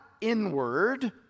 inward